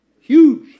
Huge